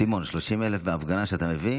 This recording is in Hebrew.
סימון, 30,000 בהפגנה שאתה מביא,